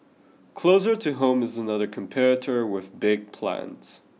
closer to home is another competitor with big plans